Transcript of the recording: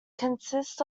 consists